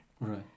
Right